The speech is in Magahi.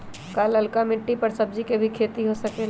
का लालका मिट्टी कर सब्जी के भी खेती हो सकेला?